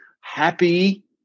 happy